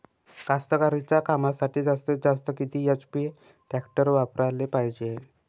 कास्तकारीच्या कामासाठी जास्तीत जास्त किती एच.पी टॅक्टर वापराले पायजे?